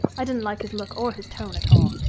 i didn't like his look or his tone at all.